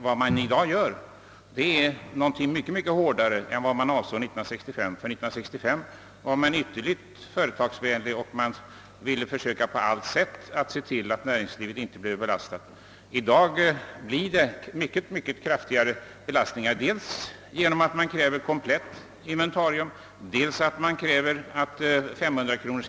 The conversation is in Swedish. Vad man i dag föreslår är nämligen en hårdare skatteskärpning än som avsågs 1965. Då var man ytterligt företagsvänlig och ville försöka se till att näringslivet inte blev för hårt belastat. I dag blir det mycket kraftigare belastningar genom att man kräver dels komplett inventarium, dels en värdegräns på 500 kronor.